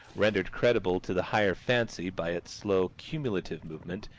rendered credible to the higher fancy by its slow cumulative movement,